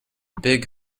big